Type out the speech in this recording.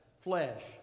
flesh